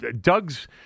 Doug's